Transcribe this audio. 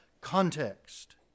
context